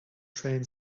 train